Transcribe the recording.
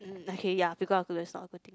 mm okay ya because of